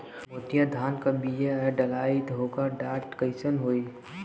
मोतिया धान क बिया डलाईत ओकर डाठ कइसन होइ?